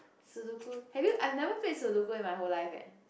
Sudoku have you I never play Sudoku in my whole life leh